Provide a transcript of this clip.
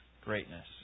greatness